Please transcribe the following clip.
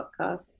podcast